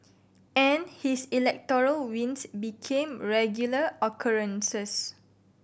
and his electoral wins became regular occurrences